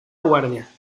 guardia